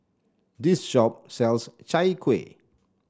this shop sells Chai Kuih